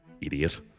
Idiot